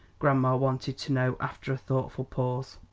grandma wanted to know, after a thoughtful pause.